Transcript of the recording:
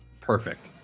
perfect